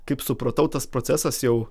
kaip supratau tas procesas jau